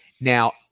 Now